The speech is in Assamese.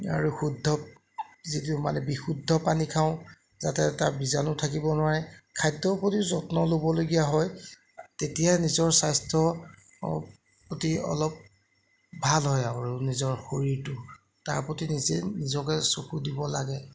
আৰু শুদ্ধ যিটো মানে বিশুদ্ধ পানী খাওঁ যাতে তাৰ বীজানু থাকিব নোৱাৰে খাদ্যৰ প্ৰতি যত্ন ল'বলগীয়া হয় তেতিয়া নিজৰ স্বাস্থ্য অ অতি অলপ ভাল হয় আৰু নিজৰ শৰীৰটো তাৰ প্ৰতি নিজেই জগে চকু দিব লাগে